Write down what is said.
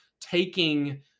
taking